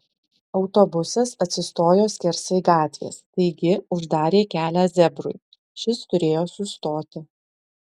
autobusas atsistojo skersai gatvės taigi uždarė kelią zebrui šis turėjo sustoti